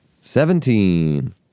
Seventeen